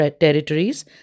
territories